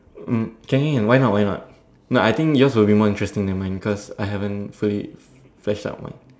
um can can can why not why not no I think yours will be more interesting than mine cause I haven't fully